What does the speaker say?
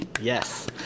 Yes